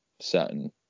certain